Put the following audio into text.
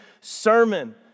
sermon